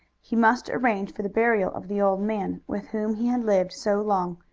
he must arrange for the burial of the old man with whom he had lived so long,